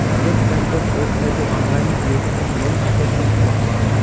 net বেংকত ওয়েবসাইটে online গিয়ে লোন স্টেটমেন্ট চেক করং